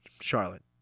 Charlotte